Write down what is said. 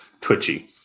twitchy